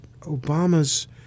Obama's